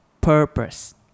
purpose